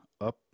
up